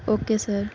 okay sir